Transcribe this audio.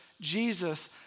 Jesus